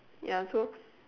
ya so